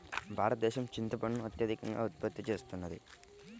భారతదేశం చింతపండును అత్యధికంగా ఉత్పత్తి చేస్తున్నది